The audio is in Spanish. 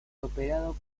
operado